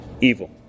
Evil